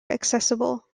accessible